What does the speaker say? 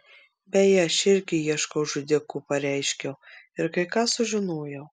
beje aš irgi ieškau žudiko pareiškiau ir kai ką sužinojau